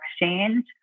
exchange